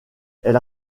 elle